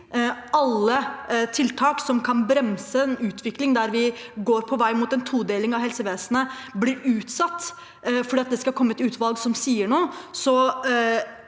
alle tiltak som kan bremse en utvikling der vi er på vei mot en todeling av helsevesenet, blir utsatt fordi det skal komme et utvalg som sier noe,